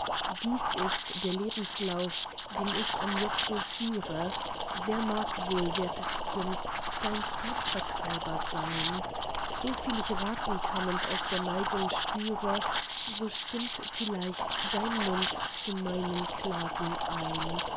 dies ist der lebenslauf den ich anjetzo führe wer mag wohl wertes kind dein zeitvertreiber sein soviel ich raten kann und aus der neigung spüre so stimmt vielleicht dein mund zu meinen klagen ein